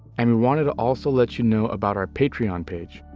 and we wanted to also let you know about our patreon page.